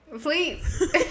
please